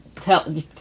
tell